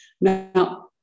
Now